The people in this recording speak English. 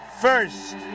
first